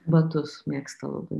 batus mėgsta labai